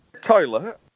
toilet